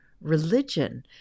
religion